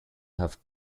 have